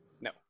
No